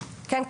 כן,